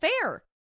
fair